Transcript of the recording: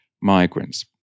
migrants